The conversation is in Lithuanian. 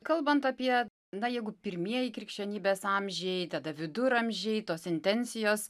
kalbant apie na jeigu pirmieji krikščionybės amžiai tada viduramžiai tos intencijos